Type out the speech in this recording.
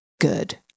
good